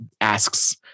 asks—